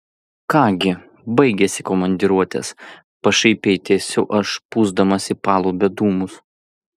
ką gi baigėsi komandiruotės pašaipiai tęsiu aš pūsdamas į palubę dūmus